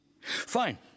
Fine